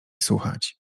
słuchać